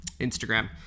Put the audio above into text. Instagram